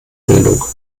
bildung